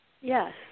Yes